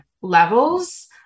levels